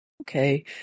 Okay